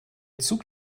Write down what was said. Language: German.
zug